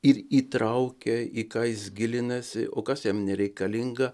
ir įtraukia į ką jis gilinasi o kas jam nereikalinga